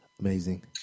amazing